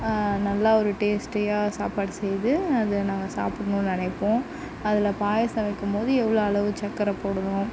நல்லா ஒரு டேஸ்டியாக சாப்பாடு செய்து அதை நாங்கள் சாப்பிடணும்னு நினைப்போம் அதில் பாயசம் வைக்கும் போது எவ்வளோ அளவு சர்க்கரை போடுவோம்